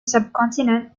subcontinent